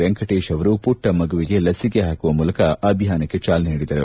ವೆಂಕಟೇಶ್ ಅವರು ಪುಟ್ವ ಮಗುವಿಗೆ ಲಸಿಕೆ ಹಾಕುವ ಮೂಲಕ ಅಭಿಯಾನಕ್ಕೆ ಚಾಲನೆ ನೀಡಿದರು